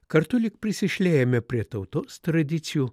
kartu lyg prisišliejame prie tautos tradicijų